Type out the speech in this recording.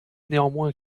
néanmoins